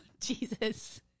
Jesus